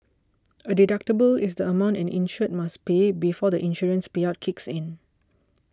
a deductible is the amount an insured must pay before the insurance payout kicks in